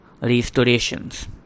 Restorations